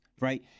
right